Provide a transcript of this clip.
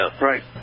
right